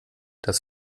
das